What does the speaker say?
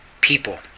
people